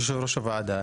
כיושב-ראש הוועדה,